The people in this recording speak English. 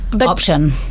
option